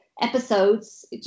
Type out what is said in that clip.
episodes